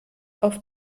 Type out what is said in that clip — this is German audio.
auf